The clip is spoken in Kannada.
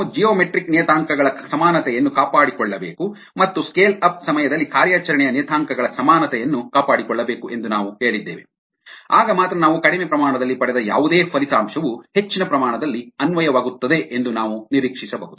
ನಾವು ಜಿಯೋಮೆಟ್ರಿಕ್ ನಿಯತಾಂಕಗಳ ಸಮಾನತೆಯನ್ನು ಕಾಪಾಡಿಕೊಳ್ಳಬೇಕು ಮತ್ತು ಸ್ಕೇಲ್ ಅಪ್ ಸಮಯದಲ್ಲಿ ಕಾರ್ಯಾಚರಣೆಯ ನಿಯತಾಂಕಗಳ ಸಮಾನತೆಯನ್ನು ಕಾಪಾಡಿಕೊಳ್ಳಬೇಕು ಎಂದು ನಾವು ಹೇಳಿದ್ದೇವೆ ಆಗ ಮಾತ್ರ ನಾವು ಕಡಿಮೆ ಪ್ರಮಾಣದಲ್ಲಿ ಪಡೆದ ಯಾವುದೇ ಫಲಿತಾಂಶವು ಹೆಚ್ಚಿನ ಪ್ರಮಾಣದಲ್ಲಿ ಅನ್ವಯವಾಗುತ್ತದೆ ಎಂದು ನಾವು ನಿರೀಕ್ಷಿಸಬಹುದು